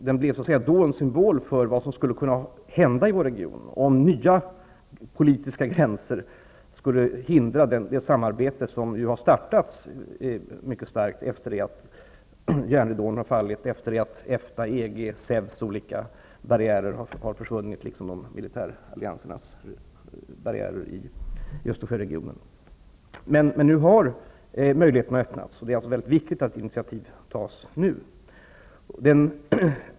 Det blev då en symbol för vad som skulle kunna hända i vår region om nya politiska gränser skulle hindra det samarbete som har startats efter det att järnridån har fallit, EFTA:s, EG:s och SEV:s olika barriärer har försvunnit liksom militäralliansernas barriärer i Östersjöregionen. Nu har möjligheterna öppnats. Det är viktigt att initiativ tas nu.